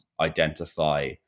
identify